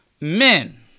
men